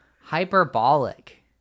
hyperbolic